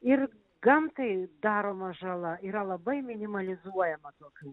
ir gamtai daroma žala yra labai minimalizuojama tokių